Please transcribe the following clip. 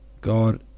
God